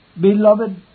Beloved